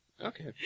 Okay